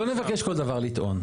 לא נבקש כל דבר לטעון.